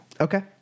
Okay